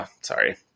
sorry